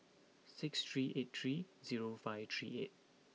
six three eight three zero five three eight